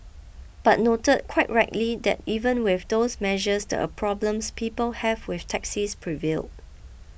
but noted quite rightly that even with those measures the a problems people have with taxis prevailed